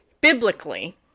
biblically